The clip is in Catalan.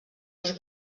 als